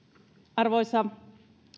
arvoisa